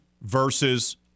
versus